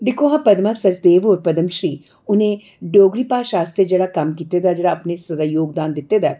दिक्खो हां पदमा सचदेव होर पद्मश्री उ'नें डोगरी भाशा आस्तै जेह्ड़ा कम्म कीते दा जेह्ड़ा अपने हिस्से दा योगदान दित्ते दा ऐ